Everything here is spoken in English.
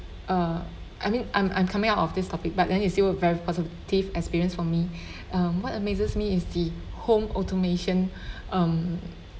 uh I mean I'm I'm coming out of this topic but then it's still a very positive experience for me um what amazes me is the home automation um